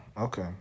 Okay